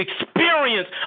experience